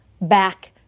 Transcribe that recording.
back